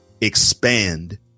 expand